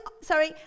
sorry